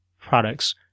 products